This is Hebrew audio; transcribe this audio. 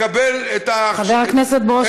לקבל את התואר באצטדיון "טדי" חבר הכנסת ברושי,